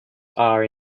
are